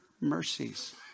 mercies